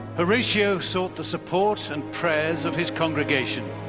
horatio sought the support and prayers of his congregation.